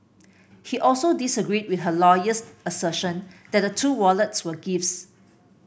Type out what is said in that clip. he also disagreed with her lawyer's assertion that the two wallets were gifts